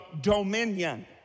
dominion